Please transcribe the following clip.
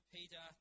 Peter